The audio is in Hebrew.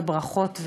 וברכות,